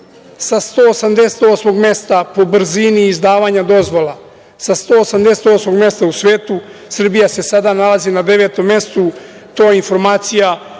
sa 188 mesta po brzini izdavanja dozvola, sa 188 mesta u svetu Srbija se sada nalazi na devetom mestu. To je informacija